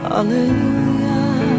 Hallelujah